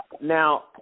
Now